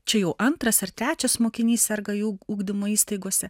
čia jau antras ar trečias mokinys serga jų ugdymo įstaigose